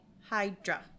Hydra